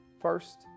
First